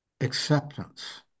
acceptance